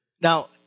Now